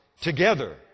together